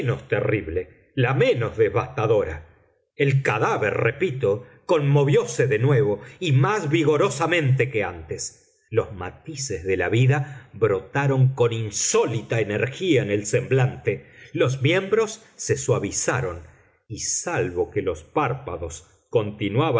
terrible la menos devastadora el cadáver repito conmovióse de nuevo y más vigorosamente que antes los matices de la vida brotaron con insólita energía en el semblante los miembros se suavizaron y salvo que los párpados continuaban